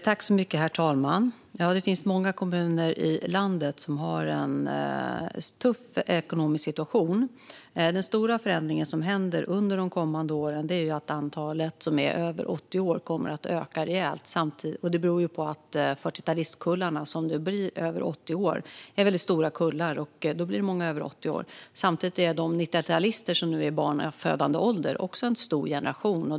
Herr talman! Många kommuner i landet har en tuff ekonomisk situation. Den stora förändringen under de kommande åren är att antalet människor över 80 år kommer att öka rejält. Detta beror på att 40-talistkullarna, som nu blir över 80 år, är väldigt stora. Samtidigt är de 90-talister som nu är i barnafödande ålder också en stor generation.